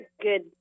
Good